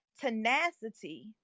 tenacity